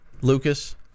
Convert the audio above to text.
Lucas